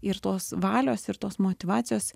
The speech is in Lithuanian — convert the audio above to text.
ir tos valios ir tos motyvacijos